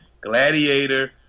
Gladiator